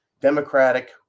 democratic